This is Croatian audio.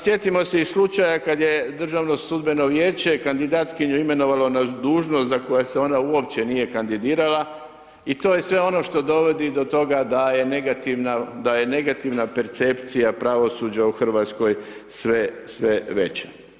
Sjetimo se i slučaja kad je Državno sudbeno vijeće kandidatkinju imenovalo na dužnost za koje se ona uopće nije kandidirala i to je sve ono što dovodi do toga da je negativna percepcija pravosuđa u RH sve veća.